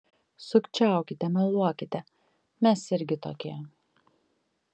sukčiaukite meluokite mes irgi tokie